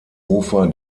ufer